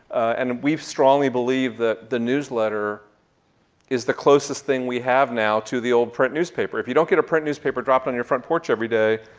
and we strongly believe that the newsletter is the closest thing we have now to the old print newspaper. if you don't get a print newspaper dropped on your front porch everyday,